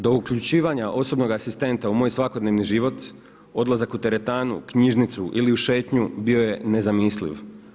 Do uključivanja osobnog asistenta u moj svakodnevni život, odlazak u teretanu, knjižnicu ili u šetnju bio je nezamisliv.